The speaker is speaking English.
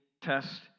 test